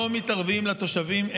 לא מתערבים לתושבים,